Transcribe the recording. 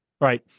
Right